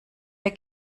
der